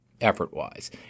effort-wise